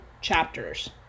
chapters